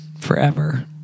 forever